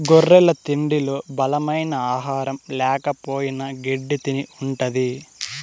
గొర్రెల తిండిలో బలమైన ఆహారం ల్యాకపోయిన గెడ్డి తిని ఉంటది